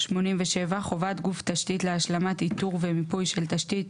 "חובת גוף תשתית להשלמת איתור ומיפוי של תשתית